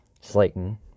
Slayton